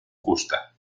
justa